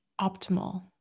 optimal